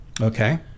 Okay